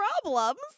problems